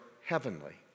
heavenly